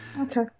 Okay